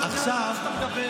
אתה לא יודע מה שאתה מדבר.